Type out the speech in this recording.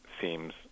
seems